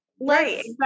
right